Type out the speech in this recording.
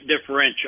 differential